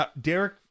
Derek